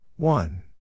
One